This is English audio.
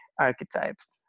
archetypes